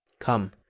come,